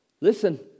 Listen